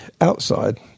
outside